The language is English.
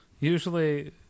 Usually